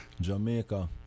Jamaica